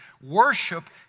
Worship